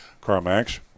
CarMax